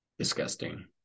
disgusting